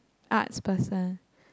Arts person